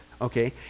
okay